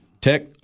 Tech –